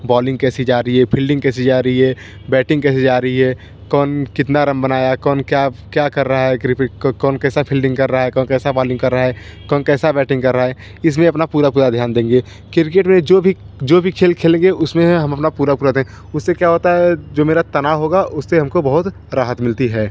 bowling कैसी जा रही है फिल्डिंग कैसी जा रही है बैटिंग कैसी जा रही है कौन कितना रन बनाया कौन क्या क्या कर रहा है क्रिफिट कौन कैसा फिल्डिंग कर रहा है कौन कैसे बॉलिंग कर रहा है कौन कैसे बैटिंग कर रहा है इस में ही अपना पूरा पूरा ध्यान देंगे किरकेट में जो भी जो भी खेल खेलेंगे उस में ना हम अपना पूरापूरा उससे क्या होता है जो मेरा तनाव होगा उससे हम को बहुत राहत मिलती है